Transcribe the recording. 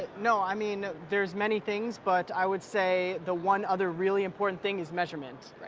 you know i mean. there's many things. but i would say the one other really important thing is measurement.